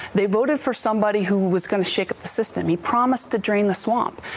they voted for somebody who was gonna shake up the system. he promised to drain the swamp.